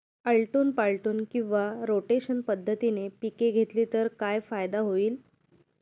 आलटून पालटून किंवा रोटेशन पद्धतीने पिके घेतली तर काय फायदा होईल?